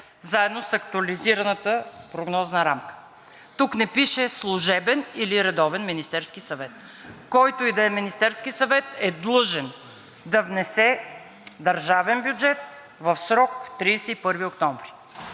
заедно с актуализираната прогнозна рамка. Тук не пише служебен или редовен Министерски съвет. Който и да е Министерски съвет е длъжен да внесе държавен бюджет в срок до 31 октомври.